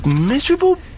Miserable